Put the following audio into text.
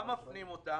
לאן מפנים אותם?